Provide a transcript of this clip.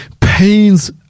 pains